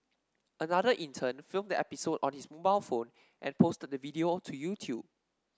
another intern filmed the episode on his mobile phone and posted the video to YouTube